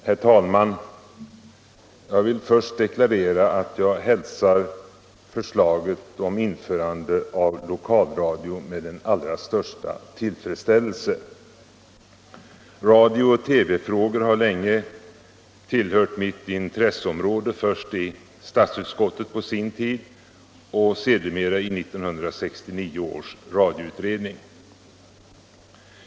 Herr talman! Jag vill först deklarera att jag hälsar förslaget om införande av lokalradio med den allra största tillfredsställelse. Radio och TV-frågor har länge tillhört mitt intresseområde, först i statsutskottet på sin tid och sedermera i 1969 års radioutredning.